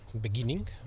beginning